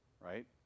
right